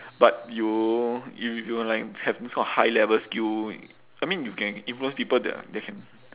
but you if you like have this kind of high level skill I mean you can influence people that are that can